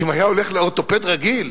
כי אם היה הולך לאורתופד רגיל,